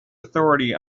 authority